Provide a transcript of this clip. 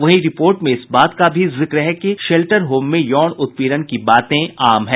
वहीं रिपोर्ट में इस बात का भी जिक्र है कि शेल्टर होम में यौन उत्पीड़न की बातें आम हैं